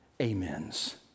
amens